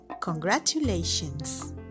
Congratulations